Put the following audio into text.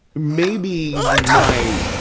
maybe my,